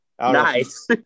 Nice